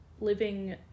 Living